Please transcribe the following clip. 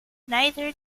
neither